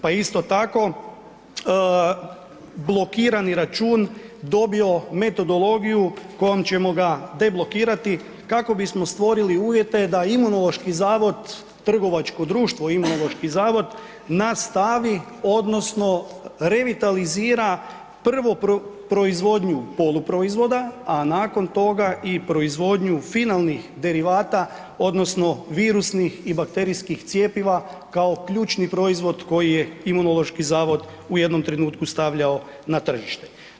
Pa isto tako, blokirani račun dobio metodologiju kojom ćemo ga deblokirati kako bismo stvorili uvjete da Imunološki zavod trgovačko društvo Imunološki zavod nastavi, odnosno revitalizira prvo proizvodnju poluproizvoda, a nakon toga i proizvodnju finalnih derivata, odnosno virusnih i bakterijskih cjepiva kao ključni proizvod koji je Imunološki zavod u jednom trenutku stavljao na tržište.